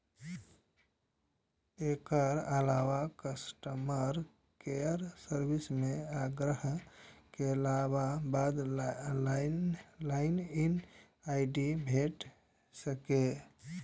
एकर अलावा customer care service सं आग्रह केलाक बाद लॉग इन आई.डी भेटि सकैए